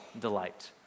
delight